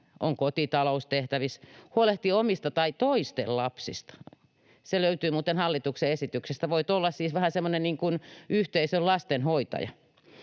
on kotitaloustehtävissä tai huolehtii omista tai toisten lapsista — se löytyy muuten hallituksen esityksestä. Voit siis olla vähän semmoinen